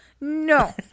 no